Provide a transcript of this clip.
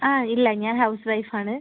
ഇല്ല ഞാൻ housewife ആണ്